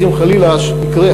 אז אם חלילה יקרה,